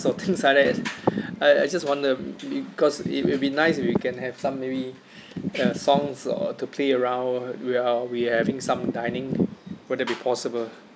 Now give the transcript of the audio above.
or things like that I I just wonder because it will be nice if we can have some maybe uh songs or to play around while we having some dining would that be possible